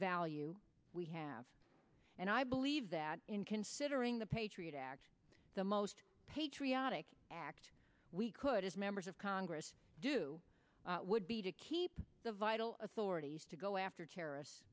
value we have and i believe that in considering the patriot act the most patriotic act we could as members of congress do would be to keep the vital authorities to go after terrorists